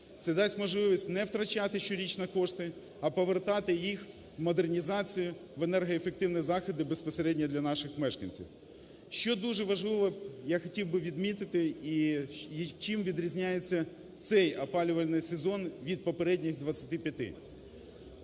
Це дасть можливість не втрачати щорічно кошти, а повертати їх в модернізацію, в енергоефективні заходи, безпосередньо для наших мешканців. Що дуже важливе я хотів би відмітити і чим відрізняється цей опалювальний сезон від попередніх 25-ти.